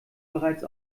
bereits